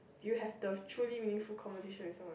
you have the truly meaningful conversation with someone